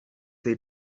they